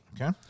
Okay